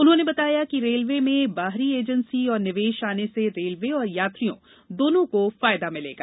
उन्होंने बताया कि रेलवे में बाहरी एजेंसी और निवेष आने से रेलवे और यात्रियों दोनों को फायदा मिलेगा